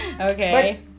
Okay